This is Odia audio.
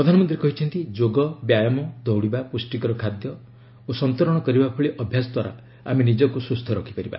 ପ୍ରଧାନମନ୍ତ୍ରୀ କହିଛନ୍ତି ଯୋଗ ବ୍ୟାୟାମ ଦୌଡ଼ିବା ପୁଷ୍ଟିକର ଖାଦ୍ୟ ଖାଇବା ଓ ସନ୍ତରଣ କରିବା ଭଳି ଅଭ୍ୟାସ ଦ୍ୱାରା ଆମେ ନିଜକୁ ସୁସ୍ଥ ରଖିପାରିବା